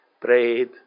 prayed